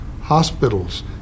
hospitals